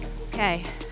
Okay